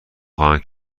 خواهم